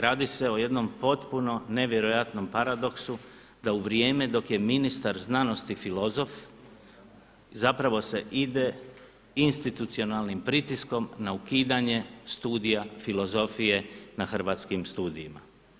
Radi se o jednom potpuno nevjerojatnom paradoksu da u vrijeme dok je ministar znanosti filozof zapravo se ide institucionalnim pritiskom na ukidanje studija filozofije na Hrvatskim studijima.